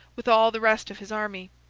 with all the rest of his army.